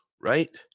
right